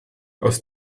aus